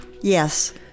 Yes